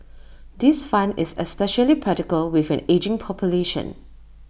this fund is especially practical with an ageing population